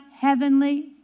heavenly